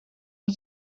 het